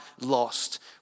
lost